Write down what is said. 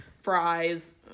fries